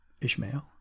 Ishmael